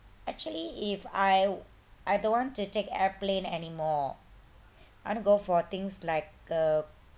actually if I I don't want to take airplane anymore I wanna go for things like a